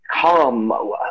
come